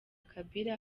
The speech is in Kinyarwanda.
kabila